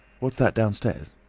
what's that downstairs?